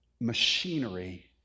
machinery